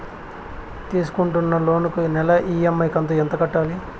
తీసుకుంటున్న లోను కు నెల ఇ.ఎం.ఐ కంతు ఎంత కట్టాలి?